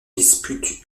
disputent